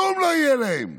כלום לא יהיה להם.